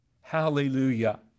Hallelujah